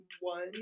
one